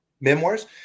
Memoirs